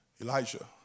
Elijah